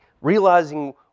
realizing